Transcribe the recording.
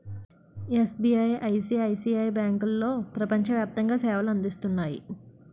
SBI, ICICI బ్యాంకులో ప్రపంచ వ్యాప్తంగా సేవలు అందిస్తున్నాయి